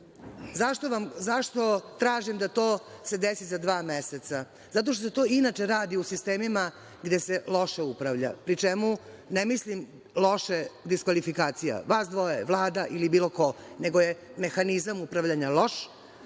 se.Zašto tražim da se to desi za dva meseca? Zato što se to inače radi u sistemima gde se loše upravlja, pri čemu ne mislim loše diskvalifikacija, vas dvoje, Vlada ili bilo ko, nego je mehanizam upravljanja loš